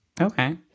Okay